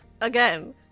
Again